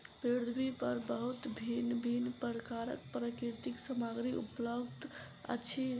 पृथ्वी पर बहुत भिन्न भिन्न प्रकारक प्राकृतिक सामग्री उपलब्ध अछि